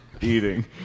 eating